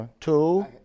Two